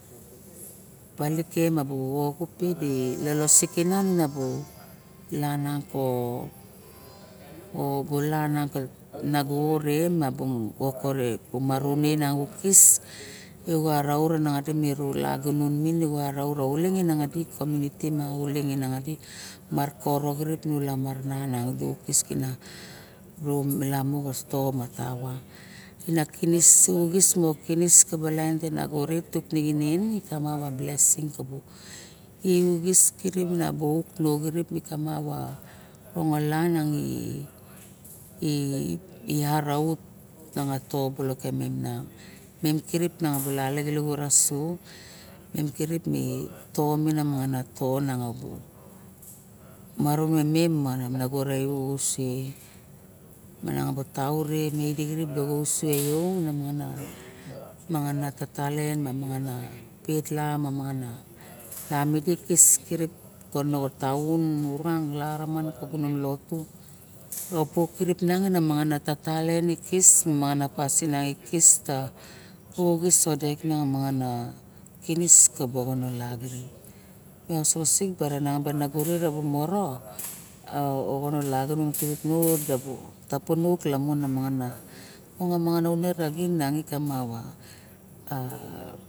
Palike ma bu xoxup e di lalap lolos ik kena obule re araut ma ulagunon bu agore rarait uleng e nangadi community ma uleng stor ma tauk ine kinis kabus lain te nago tuk nining kamap a blesing kabu i uxis auk i araut ma lelen mato ma nago re tau maru mangana tatilien ma mangain petla mangana dikis kirip moxa taon mora gunon lotu me osox oxone lagunon me ososik barana nagore maro tapun uk lamun uk mangana aune raxin i kamap a.